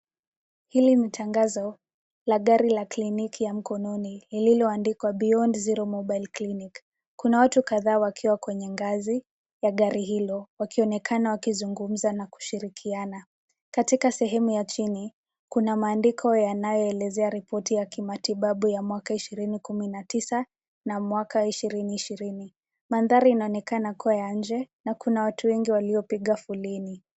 Hili ni tangazo la gari la kliniki ya mkononi lililoandikwa Beyond Zero Mobile Clinic. Kuna watu kadhaa wakiwa kwenye ngazi ya gari hilo wakionekana wakizungumza na kushirikiana. Katika sehemu ya chini, kuna maandiko yanayoelezea ripoti ya kimatibabu ya mwaka ishirini kumi na tisa na mwaka ishirini ishirini. Mandhari inaonekana kuwa ya nje na kuna watu wengi waliopiga foleni.